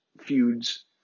feuds